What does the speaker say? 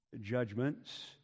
judgments